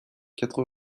quatre